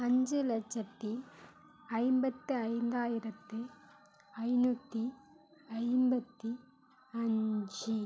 அஞ்சு லட்சத்தி ஐம்பத்து ஐந்தாயிரத்தி ஐந்நூற்றி ஐம்பத்தி அஞ்சு